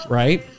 right